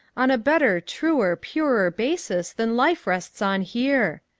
on a better, truer, purer basis than life rests on here.